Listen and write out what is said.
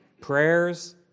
prayers